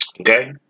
Okay